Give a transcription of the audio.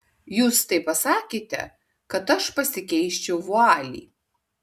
jūs taip pasakėte kad aš pasikeičiau vualį